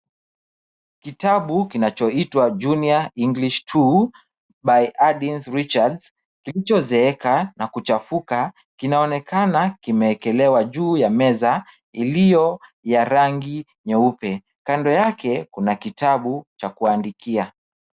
Kitabu kinachoitwa Junior English Two by Addins Richards kilichozeeka na kuchafuka kinaonekana kimeekelewa juu ya meza iliyo ya rangi nyeupe. Kando yake kuna kitabu cha kuandikia.